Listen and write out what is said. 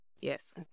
Yes